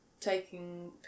taking